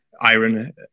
Iron